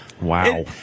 Wow